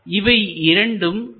இவை இரண்டும் C